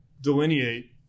delineate